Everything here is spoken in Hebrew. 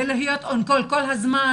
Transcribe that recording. זה להיות כל הזמן,